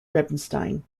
rubinstein